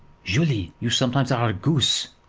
julie, you sometimes are a goose.